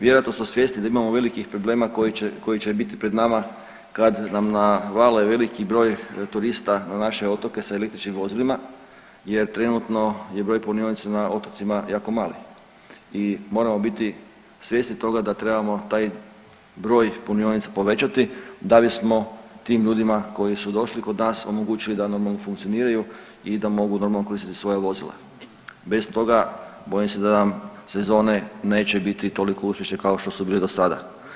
Vjerojatno smo svjesni da imamo velikih problema koji će, koji će biti pred nama kad nam navale veliki broj turista na naše otoke sa električnim vozilima jer trenutno je broj punionica na otocima jako mali i moramo biti svjesni toga da trebamo taj broj punionica povećati da bismo tim ljudima koji su došli kod nas omogućili da normalno funkcioniraju i da mogu normalno koristiti svoja vozila, bez toga bojim se da nam sezone neće biti toliko uspješne kao što su bile do sada.